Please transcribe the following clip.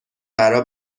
برا